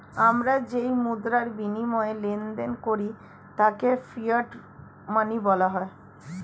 আমরা যেই মুদ্রার বিনিময়ে লেনদেন করি তাকে ফিয়াট মানি বলা হয়